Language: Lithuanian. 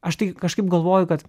aš tai kažkaip galvoju kad